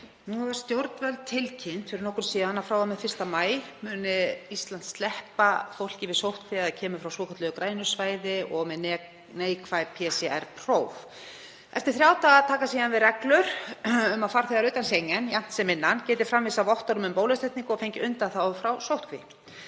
forseti. Stjórnvöld tilkynntu fyrir nokkru að frá og með 1. maí muni Ísland sleppa fólki við sóttkví ef það kemur frá svokölluðu grænu svæði og er með neikvæð PCR-próf. Eftir þrjá daga taka síðan við reglur um að farþegar utan Schengen jafnt sem innan geti framvísað vottorði um bólusetningu og fengið undanþágu frá sóttkví.